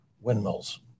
windmills